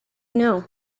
know